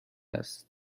است